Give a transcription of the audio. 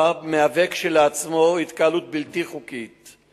המשטרה, מהווה כשלעצמו התקהלות בלתי חוקית.